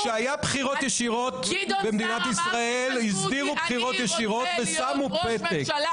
כשהיו בחירות ישירות במדינת ישראל הצביעו בחירות ישירות ושמו פתק.